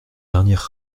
derniers